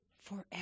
forever